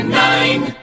nine